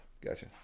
gotcha